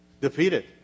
defeated